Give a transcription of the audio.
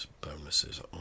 bonuses